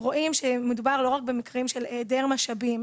רואים שמדובר לא רק במקרים של היעדר משאבים,